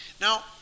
Now